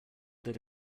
that